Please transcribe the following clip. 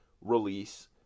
release